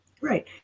Right